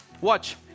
watch